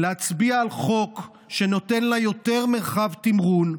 להצביע על חוק שנותן לה יותר מרחב תמרון,